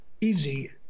easy